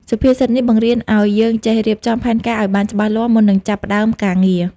សុភាសិតនេះបង្រៀនឱ្យយើងចេះរៀបចំផែនការឱ្យបានច្បាស់លាស់ មុននឹងចាប់ផ្ដើមការងារ។